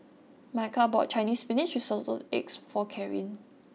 Micah bought Chinese Spinach with Assorted Eggs for Karin